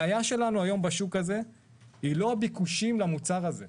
בשוק הזה היא לא ביקושים למוצר הזה.